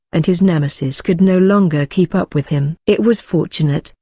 and his nemesis could no longer keep up with him. it was fortunate,